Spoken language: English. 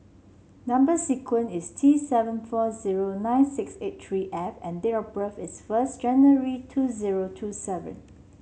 number sequence is T seven four zero nine six eight three F and date of birth is first January two zero two seven